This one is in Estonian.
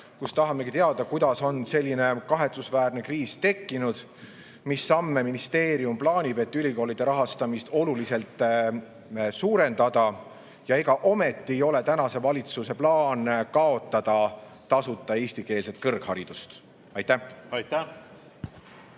tahamegi teada, kuidas on selline kahetsusväärne kriis tekkinud, mis samme ministeerium plaanib, et ülikoolide rahastamist oluliselt suurendada, ja ega ometi ei ole tänasel valitsusel plaani kaotada tasuta eestikeelne kõrgharidus. Aitäh!